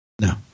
No